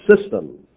system